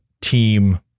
team